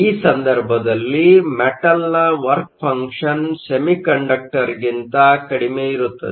ಈ ಸಂದರ್ಭದಲ್ಲಿ ಮೆಟಲ್ನ ವರ್ಕ ಫಂಕ್ಷನ್Work function ಸೆಮಿಕಂಡಕ್ಟರ್ಗಿಂತ ಕಡಿಮೆ ಇರುತ್ತದೆ